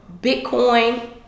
bitcoin